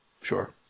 Sure